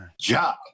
Job